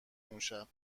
اونشب